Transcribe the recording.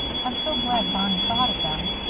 i'm so glad barney thought of them.